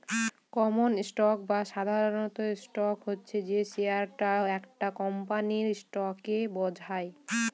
common stock বা সাধারণ stock হচ্ছে যে শেয়ারটা একটা কোম্পানির স্টককে বোঝায়